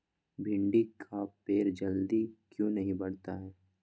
भिंडी का पेड़ जल्दी क्यों नहीं बढ़ता हैं?